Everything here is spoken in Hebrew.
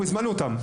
אנחנו הזמנו אותם,